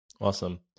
Awesome